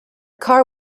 car